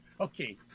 Okay